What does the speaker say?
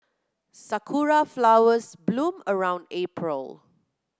sakura flowers bloom around April